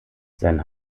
sein